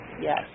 yes